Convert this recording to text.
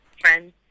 friends